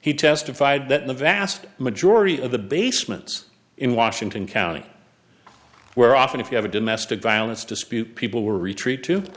he testified that the vast majority of the basements in washington county were often if you have a domestic violence dispute people will retreat to the